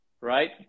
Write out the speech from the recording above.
right